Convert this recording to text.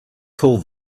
pull